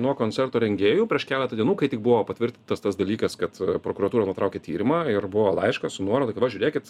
nuo koncerto rengėjų prieš keletą dienų kai tik buvo patvirtintas tas dalykas kad prokuratūra nutraukė tyrimą ir buvo laiškas su nuoroda ka va žiūrėkit